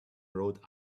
rhode